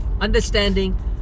understanding